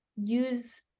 use